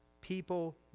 people